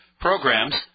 programs